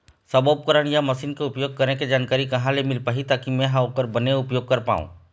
सब्बो उपकरण या मशीन के उपयोग करें के जानकारी कहा ले मील पाही ताकि मे हा ओकर बने उपयोग कर पाओ?